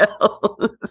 else